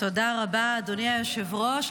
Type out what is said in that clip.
תודה רבה, אדוני היושב-ראש.